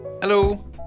Hello